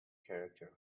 character